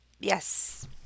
Yes